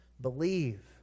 believe